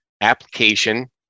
application